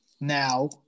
now